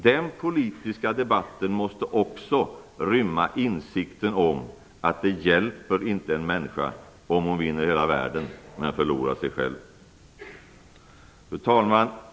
Den politiska debatten måste också rymma insikten om att det inte hjälper en människa om hon vinner hela världen men förlorar sig själv. Fru talman!